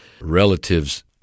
relatives